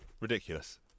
ridiculous